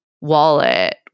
wallet